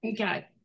Okay